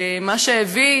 מה שהביא,